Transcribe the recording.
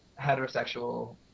heterosexual